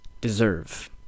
deserve